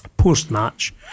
Post-match